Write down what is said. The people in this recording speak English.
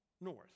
north